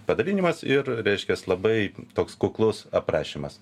padalinimas ir reiškias labai toks kuklus aprašymas